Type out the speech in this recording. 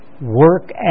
work